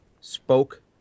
spoke